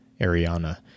Ariana